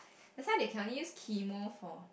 that's why they can only use chemo for